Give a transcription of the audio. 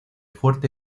fuerte